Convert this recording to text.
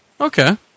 Okay